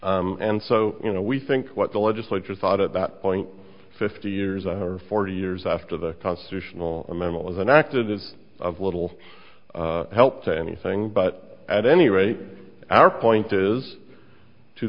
idea and so you know we think what the legislature thought at that point fifty years are forty years after the constitutional amendment was an active of little help to anything but at any rate our point is to